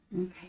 okay